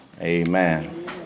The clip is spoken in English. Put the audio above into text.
Amen